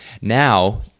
Now